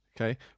Okay